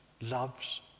loves